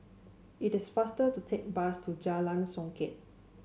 it is faster to take bus to Jalan Songket